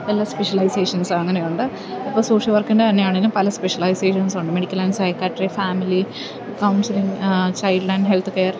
എല്ലാ സ്പെഷ്യലൈസേഷൻസ് അങ്ങനെയുണ്ട് ഇപ്പോള് സോഷ്യൽ വർക്കിൻ്റെ തന്നെയാണേലും പല സ്പെഷ്യലൈസേഷൻസ് ഉണ്ട് medical and psychiatry family counselling child and health care